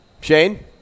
Shane